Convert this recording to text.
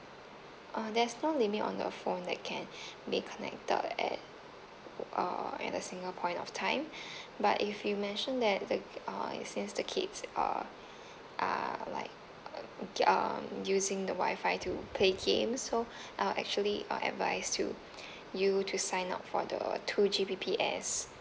uh there's no limit on the phone that can be connected at uh at a single point of time but if you mentioned that the uh since the kids are are like uh um using the wifi to play games so I'll actually uh advice to you to sign up for the two G_B_P_S